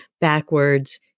backwards